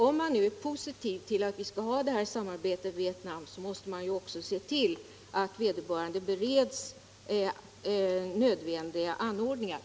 Om man nu är positiv till att vi skall ha det här samarbetet med Vietnam, måste man också se till att vederbörande medarbetare tillförsäkras nödvändiga anordningar.